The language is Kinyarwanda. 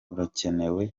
urakenewe